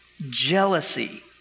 Jealousy